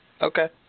Okay